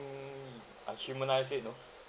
I humanised it you know